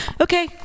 Okay